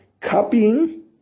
Copying